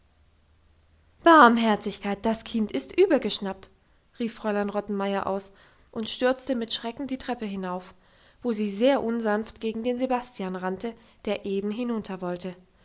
barmherzigkeit das kind ist übergeschnappt rief fräulein rottenmeier aus und stürzte mit schrecken die treppe hinauf wo sie sehr unsanft gegen den sebastian rannte der eben hinunter wollte